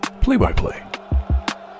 Play-by-play